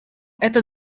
это